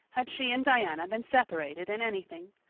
had she and diana been separated in anything.